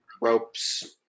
ropes